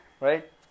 right